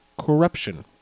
corruption